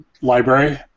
Library